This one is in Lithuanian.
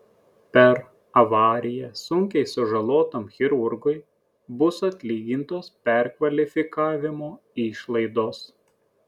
per avariją sunkiai sužalotam chirurgui bus atlygintos perkvalifikavimo išlaidos